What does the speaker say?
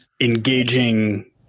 engaging